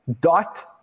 Dot